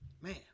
Man